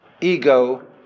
ego